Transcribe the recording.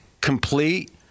complete